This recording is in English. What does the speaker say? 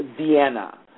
Vienna